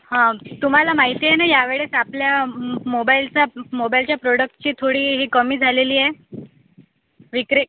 हा तुम्हाला माहिती आहे ना यावेळेस आपल्या मोबाईलचा मोबाईलच्या प्रॉडक्टची थोडी ही कमी झालेली आहे विक्री